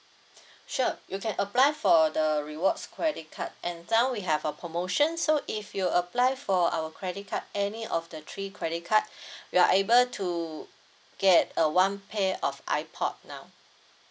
sure you can apply for the rewards credit card and now we have a promotion so if you apply for our credit card any of the three credit card you are able to get uh one pair of ipod now